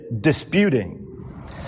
disputing